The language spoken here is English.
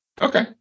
Okay